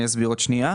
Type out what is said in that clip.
אני אסביר עוד שנייה.